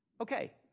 Okay